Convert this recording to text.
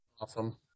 Awesome